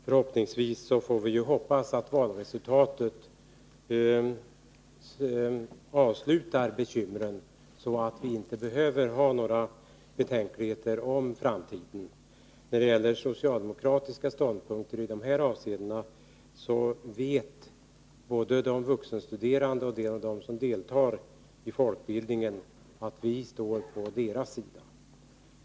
Förhoppningsvis skall valresultatet avsluta bekymren, så att vi inte behöver ha några betänkligheter inför framtiden. När det gäller socialdemokraternas ståndpunkt i det här avseendet vet både de vuxenstuderande och de som deltar i folkbildningsverksamheten att vi står på deras sida.